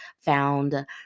found